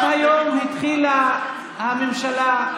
רק היום התחילה הממשלה,